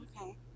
Okay